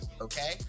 Okay